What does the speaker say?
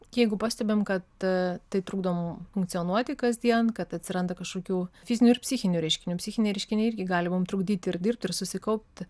jeigu pastebim kad tai trukdo mum funkcionuoti kasdien kad atsiranda kažkokių fizinių ir psichinių reiškinių psichiniai reiškiniai irgi gali mum trukdyti ir dirbt ir susikaupt